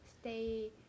Stay